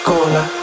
Cola